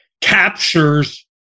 captures